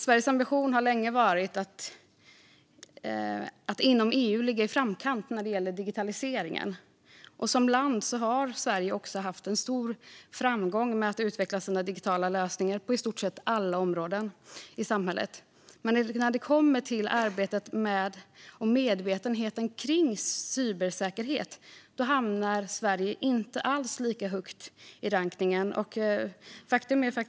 Sveriges ambition har länge varit att inom EU ligga i framkant när det gäller digitaliseringen. Som land har Sverige också haft stor framgång med att utveckla digitala lösningar på i stort sett alla områden i samhället. Men när det kommer till arbetet med och medvetenheten kring cybersäkerhet hamnar Sverige inte alls lika högt i rankningen.